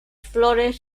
flores